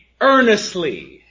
earnestly